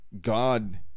god